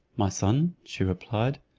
my son, she replied,